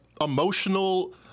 emotional